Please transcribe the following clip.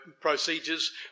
procedures